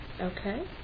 okay